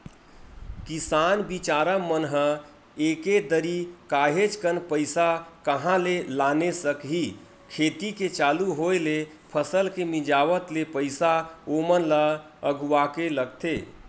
किसान बिचारा मन ह एके दरी काहेच कन पइसा कहाँ ले लाने सकही खेती के चालू होय ले फसल के मिंजावत ले पइसा ओमन ल अघुवाके लगथे